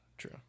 true